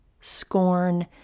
scorn